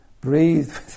breathe